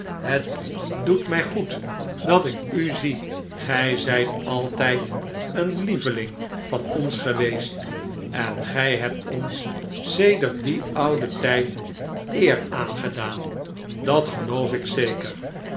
het doet mij goed dat ik u zie gij zijt altijd een lieveling van ons geweest en gij hebt ons sedert dien ouden tijd eer aangedaan dat geloof ik zeker